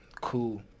cool